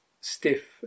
stiff